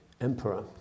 Emperor